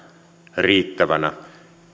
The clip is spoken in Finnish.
riittävänä